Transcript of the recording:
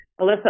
Alyssa